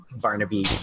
Barnaby